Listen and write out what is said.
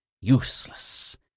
useless